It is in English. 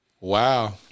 wow